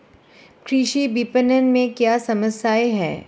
कृषि विपणन में क्या समस्याएँ हैं?